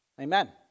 Amen